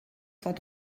cent